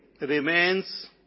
remains